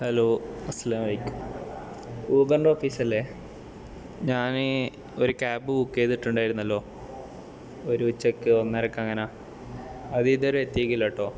hello അസ്സലാമലൈക്കും ഊബറിൻ്റെ ഓഫീസല്ലേ ഞാൻ ഒരു ക്യാബ് ബുക്ക് ചെയ്തിട്ടുണ്ടായിരുന്നല്ലോ ഒരു ഉച്ചക്ക് ഒന്നരയ്ക്ക് അങ്ങനെ അത് ഇതുവരെ എത്തീക്കില്ല കേട്ടോ